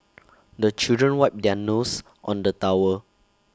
the children wipe their noses on the towel